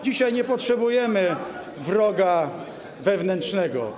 Dzisiaj nie potrzebujemy wroga wewnętrznego.